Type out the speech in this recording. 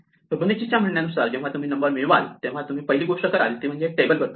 Fibonacci च्या म्हणण्या नुसार जेव्हा तुम्ही नंबर मिळवाल तेव्हा तुम्ही पहिली गोष्ट कराल ती म्हणजे टेबल वर पहा